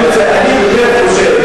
אני באמת חושב,